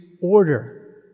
order